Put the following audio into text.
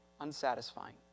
unsatisfying